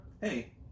Hey